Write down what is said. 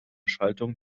schaltung